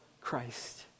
Christ